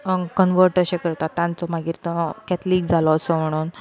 convert अशें करतात तांचो मागीर तो कॅथलीक जालो असो म्हणून